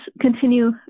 continue